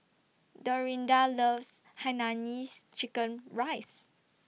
Dorinda loves Hainanese Chicken Rice